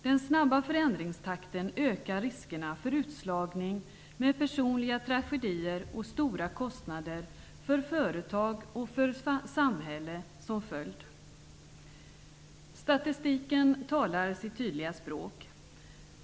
Den snabba förändringstakten ökar riskerna för utslagning med personliga tragedier och stora kostnader för företag och samhälle som följd. Statistiken talar sitt tydliga språk.